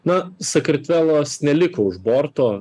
na sakartvelas neliko už borto